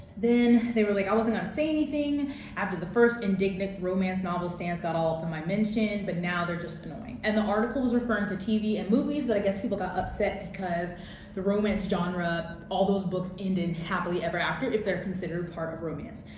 then they were like i wasn't going to say anything after the first indignant romance novel stans got all up in my mention but now they're just annoying. and the article was referring to tv and movies but i guess people got upset because the romance genre, all those books ended happily ever after, if they're considered part of romance.